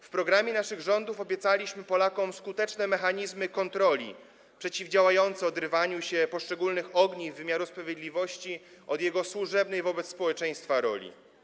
W programie naszych rządów obiecaliśmy Polakom skuteczne mechanizmy kontroli przeciwdziałające odrywaniu się poszczególnych ogniw wymiaru sprawiedliwości od jego służebnej wobec społeczeństwa roli.